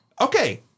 Okay